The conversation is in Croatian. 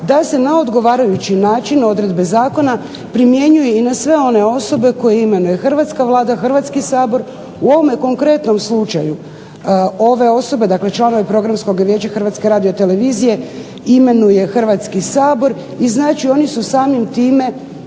da se na odgovarajući način odredbe zakona primjenjuje i na sve one osobe koje imenuje hrvatska Vlada, Hrvatski sabor. U ovom konkretnom slučaju ove osobe, dakle članove Programskog vijeća HRT-a imenuje Hrvatski sabor i znači oni samim time